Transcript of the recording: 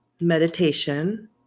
meditation